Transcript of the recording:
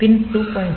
பின் 2